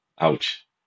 Ouch